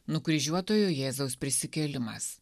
nukryžiuotojo jėzaus prisikėlimas